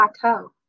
plateau